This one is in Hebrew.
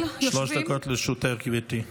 שלוש דקות לרשותך, גברתי.